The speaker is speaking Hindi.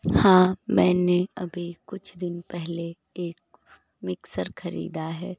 हाँ मैंने अभी कुछ दिन पहले एक मिक्सर खरीदा है